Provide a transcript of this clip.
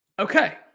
Okay